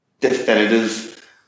definitive